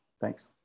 Thanks